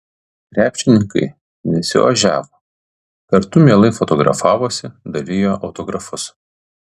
krepšininkai nesiožiavo kartu mielai fotografavosi dalijo autografus